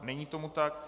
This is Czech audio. Není tomu tak.